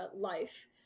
life